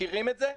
מכירים את זה?